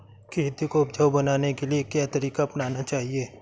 खेती को उपजाऊ बनाने के लिए क्या तरीका अपनाना चाहिए?